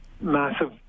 massive